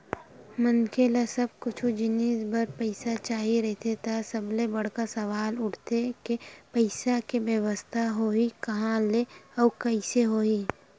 मनखे ल जब कुछु जिनिस बर पइसा चाही रहिथे त सबले बड़का सवाल उठथे के पइसा के बेवस्था होही काँहा ले अउ कइसे होही